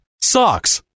Socks